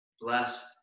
blessed